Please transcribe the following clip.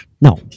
No